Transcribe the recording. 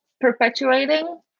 perpetuating